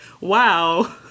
Wow